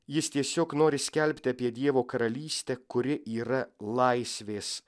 jis tiesiog nori skelbti apie dievo karalystę kuri yra laisvės